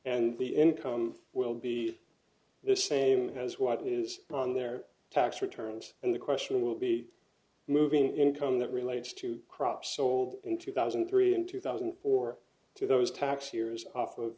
and the income will be the same as what is on their tax returns and the question will be moving income that relates to crops sold in two thousand and three and two thousand or two those tax years off